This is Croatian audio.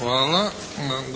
Hvala.